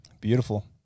Beautiful